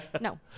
no